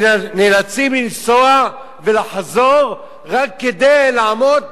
שנאלצים לנסוע ולחזור רק כדי לעמוד